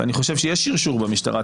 ואני חושב שיש שרשור במשטרה,